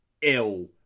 ill